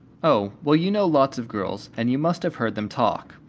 oh, well, you know lots of girls, and you must have heard them talk.